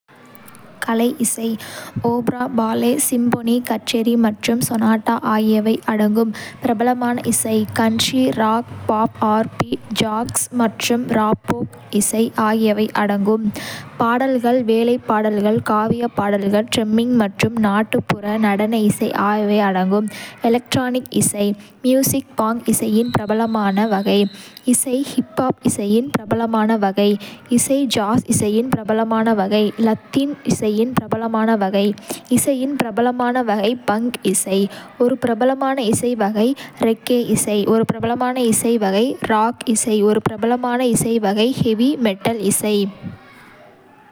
கலை இசை: opera, ballet, symphony, கச்சேரி மற்றும் சொனாட்டா ஆகியவை அடங்கும் பிரபலமான இசை. Country, rock, pop, R and B, jazz மற்றும் ராப்ஃபோக் இசை ஆகியவை அடங்கும்: பாலாட்கள், வேலைப் பாடல்கள், காவியப் பாடல்கள், டிரம்மிங் மற்றும் நாட்டுப்புற நடன இசை ஆகியவை அடங்கும் எலக்ட்ரானிக் இசை. மியூசிக் ஃபங்க் இசையின் பிரபலமான வகை இசை ஹிப் ஹாப் இசையின் பிரபலமான வகை. இசை ஜாஸ் இசையின் பிரபலமான வகை லத்தீன் இசையின் பிரபலமான வகை இசையின் பிரபலமான வகை பங்க் இசை. ஒரு பிரபலமான இசை வகை ரெக்கே இசை ஒரு பிரபலமான இசை வகை ராக் இசை ஒரு பிரபலமான இசை வகை ஹெவி மெட்டல்/மெட்டல் இசை.